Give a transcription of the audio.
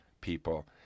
people